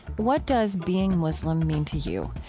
what does being muslim mean to you?